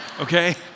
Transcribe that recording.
Okay